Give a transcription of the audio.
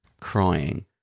crying